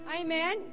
amen